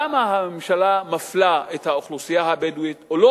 למה הממשלה מפלה את האוכלוסייה הבדואית או לא